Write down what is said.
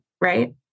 right